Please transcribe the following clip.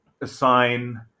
assign